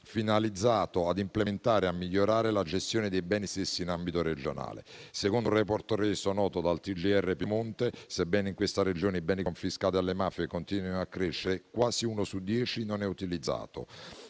finalizzato ad implementare e migliorare la gestione dei beni stessi in ambito regionale. Secondo un *report* reso noto dal TGR Piemonte, sebbene in questa Regione i beni confiscati alle mafie continuino a crescere, quasi uno su dieci non è utilizzato.